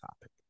topic